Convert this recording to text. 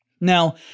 Now